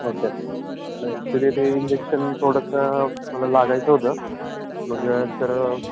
okay actually ते injection थोडंसं मला लागायचं होतं मग जर